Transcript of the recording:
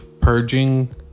purging